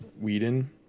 whedon